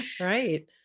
Right